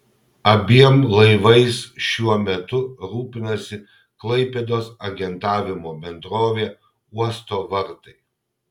abiem laivais šiuo metu rūpinasi klaipėdos agentavimo bendrovė uosto vartai